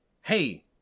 hey